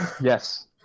Yes